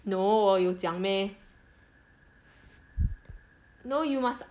no 我有讲 meh no you must